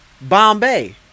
bombay